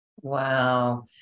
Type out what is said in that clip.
wow